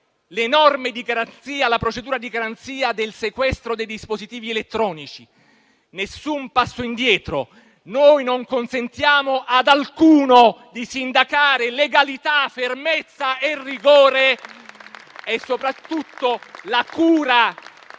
la procedura di garanzia del sequestro dei dispositivi elettronici. Nessun passo indietro. Noi non consentiamo ad alcuno di sindacare legalità, fermezza, rigore e soprattutto la cura